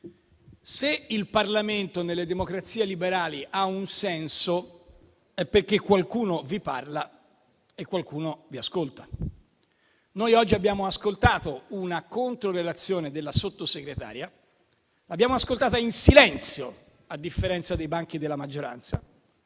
se il Parlamento nelle democrazie liberali ha un senso, è perché qualcuno vi parla e qualcuno ascolta. Noi oggi abbiamo ascoltato una controrelazione della Sottosegretaria e l'abbiamo fatto in silenzio, a differenza dei banchi della maggioranza.